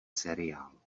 seriál